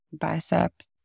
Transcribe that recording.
biceps